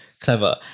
clever